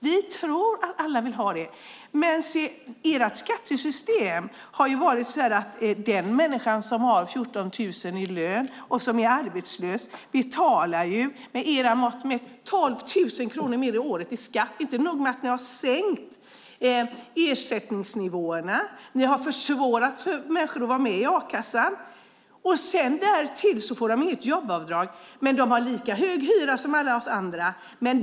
Vi tror att alla vill ha arbete. Men ert skattesystem har gjort att den människa som har 14 000 i lön och är arbetslös betalar, med era mått mätt, 12 000 kronor mer om året i skatt. Det är inte nog med att ni har sänkt ersättningsnivåerna. Ni har också försvårat för människor att vara med i a-kassan. Därtill får de inget jobbavdrag. Men de har lika hög hyra som alla vi andra.